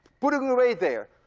put a little weight there.